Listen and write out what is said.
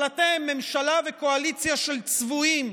אבל אתם ממשלה וקואליציה של צבועים,